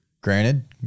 Granted